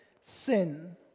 sin